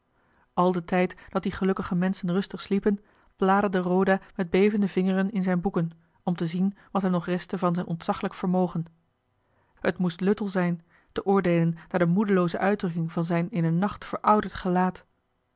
al den tijd dat die gelukkige menschen rustig sliepen bladerde roda met bevende vingeren in zijne boeken om te zien wat hem nog restte van zijn ontzaglijk vermogen t moest luttel zijn te oordeelen naar de moedelooze uitdrukking van zijn in een nacht verouderd gelaat